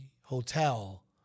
hotel